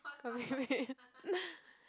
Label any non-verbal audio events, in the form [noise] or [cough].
coffee-bean [laughs]